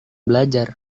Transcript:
belajar